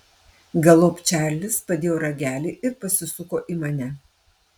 galop čarlis padėjo ragelį ir pasisuko į mane